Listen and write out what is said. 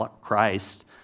Christ